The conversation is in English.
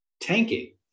tanking